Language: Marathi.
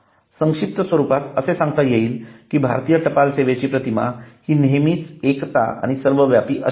संक्षिप्त स्वरूपात असे सांगता येईल कि भारतीय टपाल सेवेची प्रतिमा हि नेहमीच एकता आणि सर्वव्यापी अशी आहे